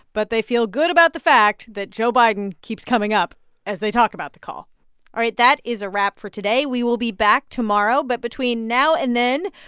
but they feel good about the fact that joe biden keeps coming up as they talk about the call all right. that is a wrap for today. we will be back tomorrow. but between now and then,